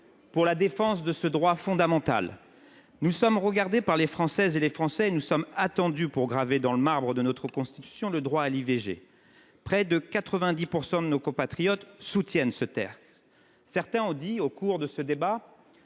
pour la défense de ce droit fondamental. Nous sommes regardés par les Françaises et les Français et nous sommes attendus pour graver dans le marbre de notre Constitution le droit à l’IVG. Près de 90 % de nos compatriotes soutiennent ce texte. Certains ont dit au cours de ce débat